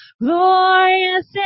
glorious